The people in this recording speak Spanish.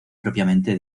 propiamente